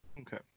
okay